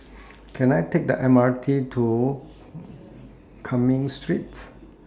Can I Take The M R T to Cumming Street